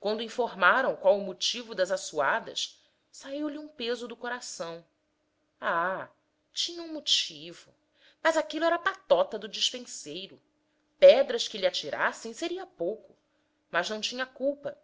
quando informaram qual o motivo das assuadas saiu-lhe um peso do coração ah tinham motivo mas aquilo era patota do despenseiro pedras que lhe atirassem seria pouco mas não tinha culpa